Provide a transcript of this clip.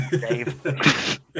Dave